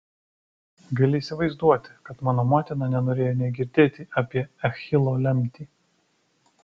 gali įsivaizduoti kad mano motina nenorėjo nė girdėti apie achilo lemtį